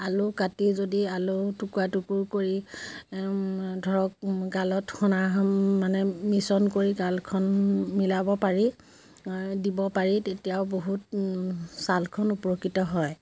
আলু কাটি যদি আলু টুকুৰা টুকুৰ কৰি ধৰক গালত সনা মানে মিশ্ৰণ কৰি গালখনত মিলাব পাৰি দিব পাৰি তেতিয়াও বহুত ছালখন উপকৃত হয়